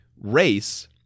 Race